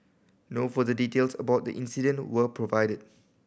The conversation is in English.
no further details about the incident were provided